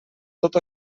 tot